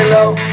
Hello